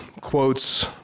quotes